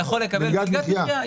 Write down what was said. לא, אתה יכול לקבל מלגת מחיה.